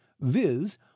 viz